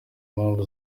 impamvu